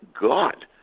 God